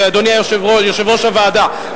אדוני יושב-ראש הוועדה,